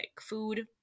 food